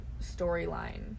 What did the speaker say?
storyline